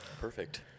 Perfect